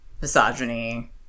misogyny